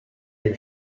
dei